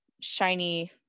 shiny